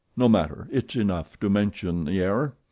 no matter it's enough to mention the error.